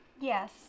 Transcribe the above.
yes